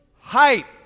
height